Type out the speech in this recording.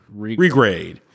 regrade